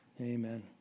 Amen